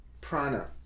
prana